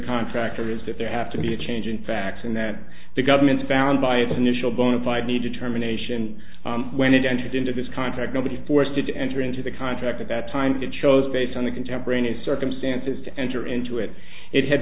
contractor is that they have to be a change in facts and that the government found by its initial bona fide need to terminations when it entered into this contract nobody forced it to enter into the contract at that time to chose based on the contemporaneous circumstances to enter into it it had